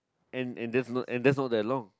and and there's no and there's no that long